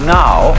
now